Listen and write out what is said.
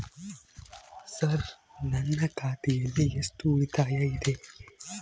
Sir ನನ್ನ ಖಾತೆಯಲ್ಲಿ ಎಷ್ಟು ಉಳಿತಾಯ ಇದೆ?